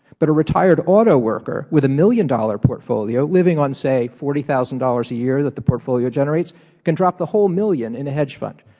but a retired auto workers with a million dollar portfolio living on say forty thousand dollars a year that the portfolio generates can drop the whole million in a hedge fund.